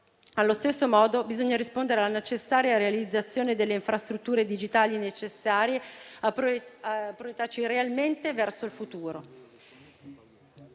Allo stesso modo, bisogna rispondere alla necessaria realizzazione delle infrastrutture digitali necessarie a proiettarci realmente verso il futuro.